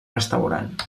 restaurant